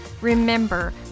Remember